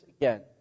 again